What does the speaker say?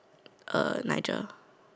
uh Nigel